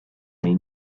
may